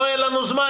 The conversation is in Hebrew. לא היה לנו זמן,